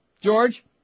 George